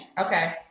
Okay